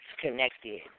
connected